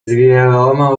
wieloma